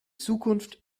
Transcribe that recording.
zukunft